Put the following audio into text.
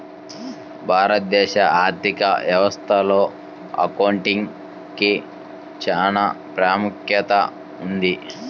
భారతదేశ ఆర్ధిక వ్యవస్థలో అకౌంటింగ్ కి చానా ప్రాముఖ్యత ఉన్నది